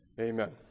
Amen